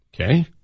Okay